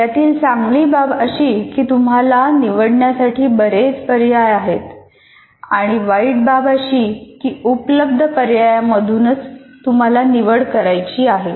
यातील चांगली बाब अशी की तुम्हाला निवडण्यासाठी बरेच पर्याय आहेत आणि वाईट बाब अशी की उपलब्ध पर्यायांमधूनच तुम्हाला निवड करायची आहे